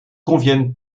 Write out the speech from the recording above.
conviennent